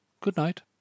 Good-night